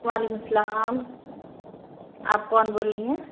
وعلیکم السلام آپ کون بول رہی ہیں